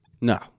No